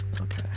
Okay